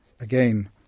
again